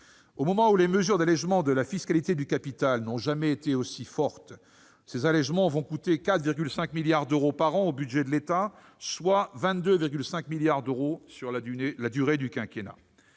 au moment, donc, où les mesures d'allégement de la fiscalité du capital n'ont jamais été aussi fortes ? Ces allégements vont coûter 4,5 milliards d'euros par an au budget de l'État, soit 22,5 milliards d'euros sur la durée du quinquennat.